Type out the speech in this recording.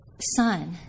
son